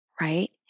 right